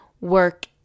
work